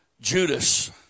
Judas